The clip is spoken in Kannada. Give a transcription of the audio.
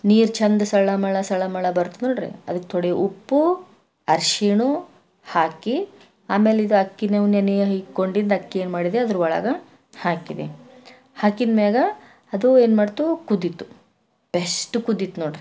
ನೀರು ಚೆಂದ ಸಳ ಮಳ ಸಳ ಮಳ ಬರ್ತದ ನೋಡ್ರಿ ಅದಕ್ಕೆ ತೋಡೆ ಉಪ್ಪು ಅರಶಿಣ ಹಾಕಿ ಆಮೇಲೆ ಇದು ಅಕ್ಕಿನ ನೀವು ನೆನೆಯ ಇಕ್ಕೊಂಡಿದ್ದ ಅಕ್ಕಿನ ಏನು ಮಾಡಿದ್ದಿ ಅದ್ರೊಳಗೆ ಹಾಕಿದೆ ಹಾಕಿದ ಮ್ಯಾಗ ಅದು ಏನು ಮಾಡ್ತು ಕುದೀತು ಬೆಸ್ಟ್ ಕುದೀತು ನೋಡ್ರಿ